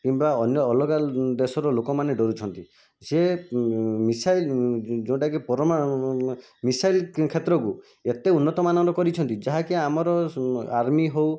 କିମ୍ବା ଅନ୍ୟ ଅଲଗା ଦେଶର ଲୋକମାନେ ଡରୁଛନ୍ତି ସିଏ ମିସାଇଲ ଯେଉଁଟାକି ମିସାଇଲ କ୍ଷେତ୍ରକୁ ଏତେ ଉନ୍ନତମାନର କରିଛନ୍ତି ଯାହାକି ଆମର ଆର୍ମି ହେଉ